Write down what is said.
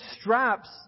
straps